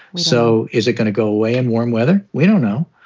so is it going to go away in warm weather? we don't know.